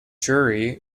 jury